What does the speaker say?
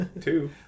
Two